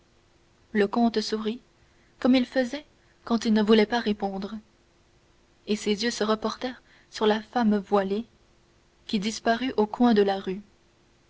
le comte sourit comme il faisait quand il ne voulait pas répondre et ses yeux se reportèrent sur la femme voilée qui disparut au coin de la rue